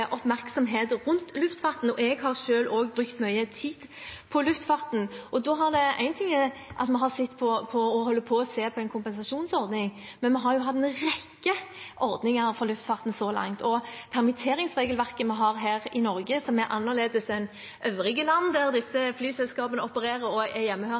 oppmerksomhet rundt luftfarten. Jeg har også selv brukt mye tid på luftfarten. Én ting er at vi har sett på og holder på å se på en kompensasjonsordning, men vi har jo hatt en rekke ordninger for luftfarten så langt. Permitteringsregelverket vi har her i Norge, som er annerledes enn i øvrige land der disse flyselskapene opererer og er